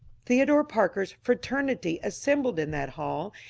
theo dore parker's fraternity assembled in that hall,